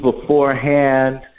beforehand